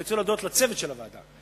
אני רוצה להודות לצוות של הוועדה,